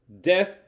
Death